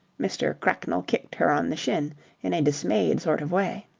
mr. cracknell kicked her on the shin in a dismayed sort of way.